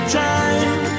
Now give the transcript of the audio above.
time